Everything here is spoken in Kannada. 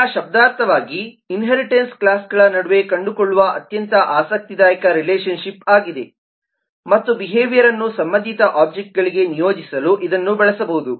ಈಗ ಶಬ್ದಾರ್ಥವಾಗಿ ಇನ್ಹೇರಿಟನ್ಸ್ ಕ್ಲಾಸ್ಗಳ ನಡುವೆ ಕಂಡುಕೊಳ್ಳುವ ಅತ್ಯಂತ ಆಸಕ್ತಿದಾಯಕ ರಿಲೇಶನ್ ಶಿಪ್ ಆಗಿದೆ ಮತ್ತು ಬಿಹೇವಿಯರ್ ಅನ್ನು ಸಂಬಂಧಿತ ಒಬ್ಜೆಕ್ಟ್ಗಳಿಗೆ ನಿಯೋಜಿಸಲು ಇದನ್ನು ಬಳಸಬಹುದು